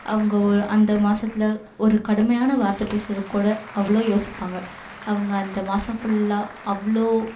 அவங்க ஒரு அந்த மாசத்தில் ஒரு கடுமையான வார்த்தை பேசுறதுக்கு கூட அவ்வளோ யோசிப்பாங்க அவங்க அந்த மாதம் ஃபுல்லாக அவ்வளோ